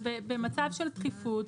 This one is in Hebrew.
במצב של דחיפות,